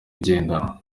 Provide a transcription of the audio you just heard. igendanwa